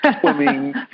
swimming